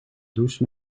douche